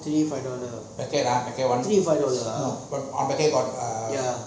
three five dollar three five dollar ah ya